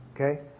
Okay